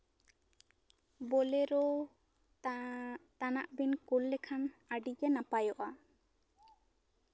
ᱵᱳᱞᱮᱨᱚ ᱛᱟ ᱛᱟᱱᱟᱜ ᱵᱤᱱ ᱠᱩᱞ ᱞᱮᱠᱷᱟᱱ ᱟᱹᱰᱤᱜᱮ ᱱᱟᱯᱟᱭᱚᱜᱼᱟ